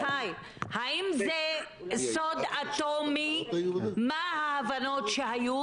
מרדכי, האם זה סוד אטומי מה ההבנות שהיו?